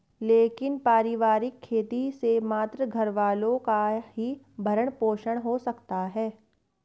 लेकिन पारिवारिक खेती से मात्र घरवालों का ही भरण पोषण हो सकता है